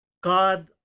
God